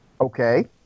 Okay